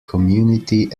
community